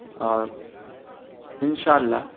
اور انشاء اللہ